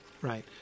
right